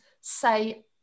say